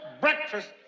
breakfast